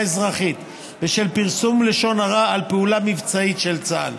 אזרחית בשל פרסום לשון הרע על פעולה מבצעית של צה"ל.